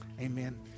Amen